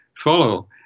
follow